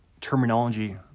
terminology